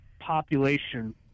population